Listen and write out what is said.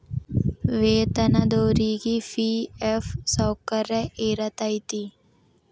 ವೇತನದೊರಿಗಿ ಫಿ.ಎಫ್ ಸೌಕರ್ಯ ಇರತೈತಿ